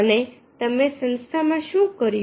અને તમે સંસ્થા માં શું કર્યું